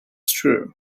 true